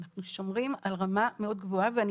אנחנו שומרים על רמה מאוד גבוהה ואני